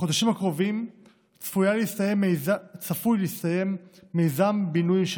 בחודשים הקרובים צפוי להסתיים מיזם בינוי של